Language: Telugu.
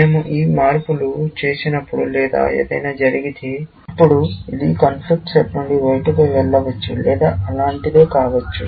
మేము ఈ మార్పులు చేసినప్పుడు లేదా ఏదైనా జరిగితే అప్పుడు అది కాన్ఫ్లిక్ట్ సెట్ నుండి బయటకు వెళ్ళవచ్చు లేదా అలాంటిదే కావచ్చు